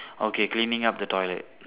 okay cleaning up the toilet